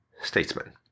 statesman